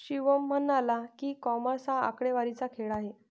शिवम म्हणाला की, कॉमर्स हा आकडेवारीचा खेळ आहे